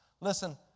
Listen